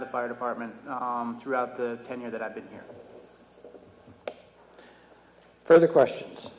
the fire department throughout the ten years that i've been here for the questions